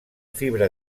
fibra